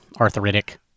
arthritic